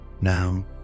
Now